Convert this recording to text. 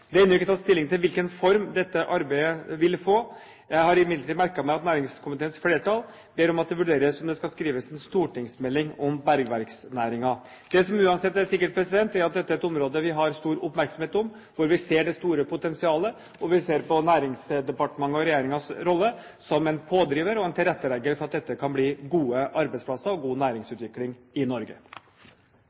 Det er ennå ikke tatt stilling til hvilken form dette arbeidet vil få. Jeg har imidlertid merket meg at næringskomiteens flertall ber om at det vurderes om det skal skrives en stortingsmelding om bergverksnæringen. Det som uansett er sikkert, er at dette er et område vi har stor oppmerksomhet om, for vi ser det store potensialet, og vi ser på Næringsdepartementets og regjeringens rolle som pådriver og tilrettelegger for at dette kan bli gode arbeidsplasser og god næringsutvikling i Norge.